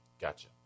Gotcha